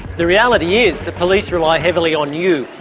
the reality is the police rely heavily on you,